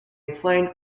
plain